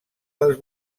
les